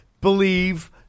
believe